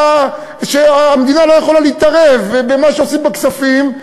שהמדינה לא יכולה להתערב במה שנעשה בכספים,